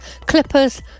Clippers